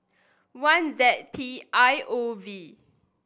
one Z P I O V